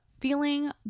feeling